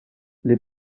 les